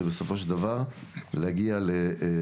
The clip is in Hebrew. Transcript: ובסופו של דבר להגיע לפרויקט.